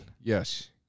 Yes